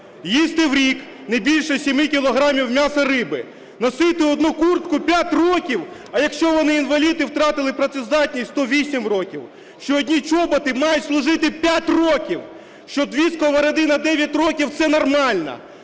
Їсти в рік не більше 7 кілограмів м'яса (риби), носити одну куртку 5 років, а якщо вони інваліди і втратили працездатність, то 8 років, що одні чоботи мають служити 5 років, що дві сковороди на 9 років – це нормально,